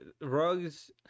rugs